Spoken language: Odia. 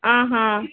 ଅ ହଁ